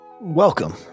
welcome